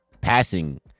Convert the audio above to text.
passing